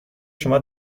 شما